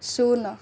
ଶୂନ